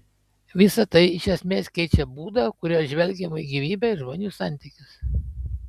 visa tai iš esmės keičia būdą kuriuo žvelgiama į gyvybę ir žmonių santykius